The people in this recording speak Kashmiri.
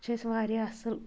یہِ چھِ أسۍ وارِیاہ اصٕل